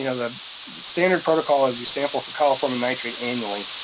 you know the standard protocol is you sample for coliform and nitrate annually.